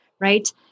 right